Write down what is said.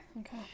Okay